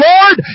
Lord